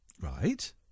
Right